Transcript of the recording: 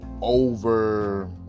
over